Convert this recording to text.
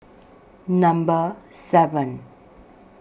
Number seven